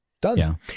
Done